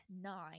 nine